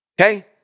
okay